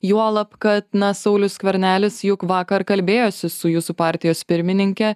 juolab kad na saulius skvernelis juk vakar kalbėjosi su jūsų partijos pirmininke